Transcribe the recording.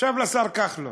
עכשיו לשר כחלון.